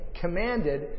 commanded